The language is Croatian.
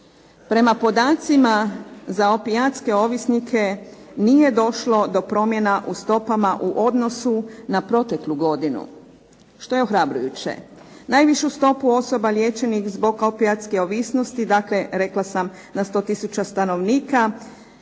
Prema podacima za opijatske ovisnike nije došlo do promjena u stopama u odnosu na proteklu godinu, što je ohrabrujuće. Najvišu stopu osoba liječenih zbog opijatske ovisnosti dakle rekla sam na 100 tisuća stanovnika